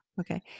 Okay